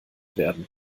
werden